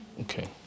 okay